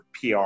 PR